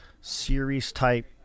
series-type